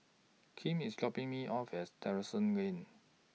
Kim IS dropping Me off as Terrasse Lane